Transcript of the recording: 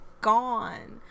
Gone